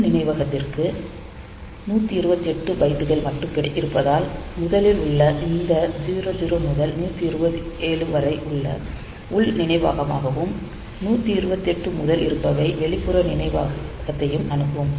உள் நினைவகத்திற்கு 128 பைட்டுகள் மட்டுமே இருப்பதால் முதலில் உள்ள இந்த 00 முதல் 127 வரை உள் நினைவகமாகவும் 128 முதல் இருப்பவை வெளிப்புற நினைவகத்தையும் அணுகும்